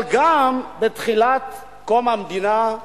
אבל גם בתחילה, לאחר קום המדינה,